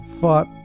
fought